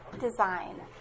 design